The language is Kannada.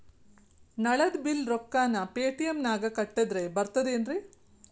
ನಳದ್ ಬಿಲ್ ರೊಕ್ಕನಾ ಪೇಟಿಎಂ ನಾಗ ಕಟ್ಟದ್ರೆ ಬರ್ತಾದೇನ್ರಿ?